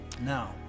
now